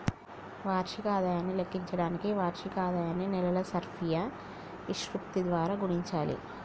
వార్షిక ఆదాయాన్ని లెక్కించడానికి వార్షిక ఆదాయాన్ని నెలల సర్ఫియా విశృప్తి ద్వారా గుణించాలి